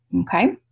okay